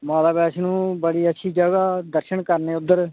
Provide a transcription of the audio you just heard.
हांजी